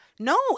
No